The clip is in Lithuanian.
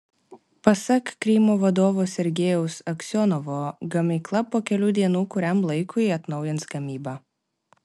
pasak krymo vadovo sergejaus aksionovo gamykla po kelių dienų kuriam laikui atnaujins gamybą